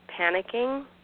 panicking